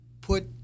put